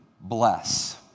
bless